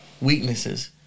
weaknesses